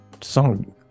song